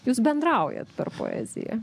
jūs bendraujat per poeziją